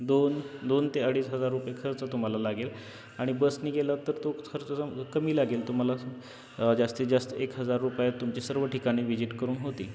दोन दोन ते अडीच हजार रुपये खर्च तुम्हाला लागेल आणि बसने गेलात तर तो खर्च जो कमी लागेल तुम्हाला जास्तीत जास्त एक हजार रुपयात तुमची सर्व ठिकाणे व्हिजिट करून होतील